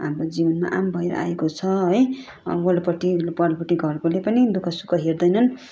हाम्रो जीवनमा आम भएर आएको छ है वल्लोपट्टि पल्लोपट्टि घरकोले पनि दुखः सुख हेर्दैनन्